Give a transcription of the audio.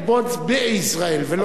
זה "בונדס" בישראל, ולא for Israel.